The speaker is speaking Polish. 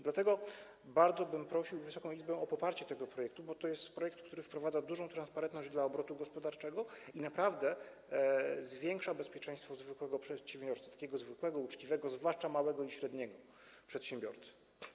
Dlatego bardzo bym prosił Wysoką Izbę o poparcie tego projektu, bo to jest projekt, który wprowadza dużą transparentność dla obrotu gospodarczego i naprawdę zwiększa bezpieczeństwo zwykłego przedsiębiorcy, takiego zwykłego, uczciwego, zwłaszcza małego i średniego przedsiębiorcy.